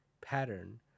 pattern